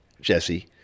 Jesse